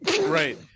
Right